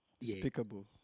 despicable